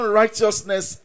righteousness